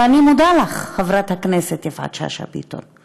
ואני מודה לך, חברת הכנסת יפעת שאשא ביטון.